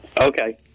Okay